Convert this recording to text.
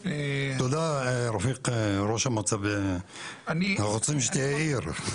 תודה, רפיק, ראש המועצה, אנחנו צריכים שתהיה עיר.